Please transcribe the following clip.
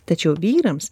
tačiau vyrams